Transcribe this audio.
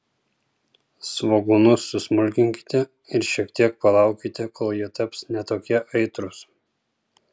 svogūnus susmulkinkite ir šiek tiek palaukite kol jie taps ne tokie aitrūs